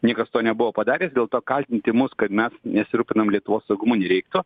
niekas to nebuvo padaręs dėl to kaltinti mus kad mes nesirūpinam lietuvos saugumu nereiktų